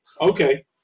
Okay